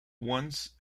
once